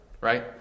Right